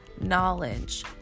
knowledge